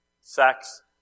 sex